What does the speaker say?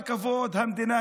בעברית, שגם מי